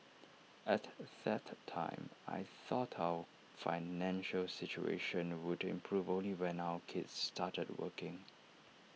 at that time I thought our financial situation would improve only when our kids started working